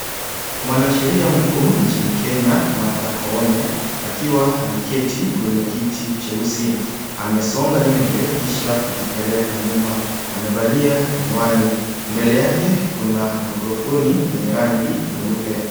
Mwanasheria mkuu nchini Kenya Martha Koome akiwa ameketi kwenye kiti cheusi amesonga nywele kisha kuzipeleka nyuma amevalia miwani. Mbele yake kuna mikrofoni yenye rangi nyeupe.